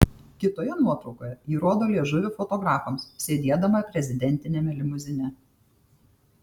kitoje nuotraukoje ji rodo liežuvį fotografams sėdėdama prezidentiniame limuzine